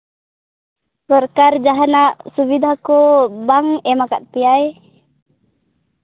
ᱥᱚᱨᱠᱟᱨ ᱡᱟᱦᱟᱱᱟᱜ ᱥᱩᱵᱤᱫᱷᱟ ᱠᱚ ᱵᱟᱝ ᱮᱢ ᱠᱟᱜ ᱯᱮᱭᱟᱭ